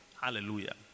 hallelujah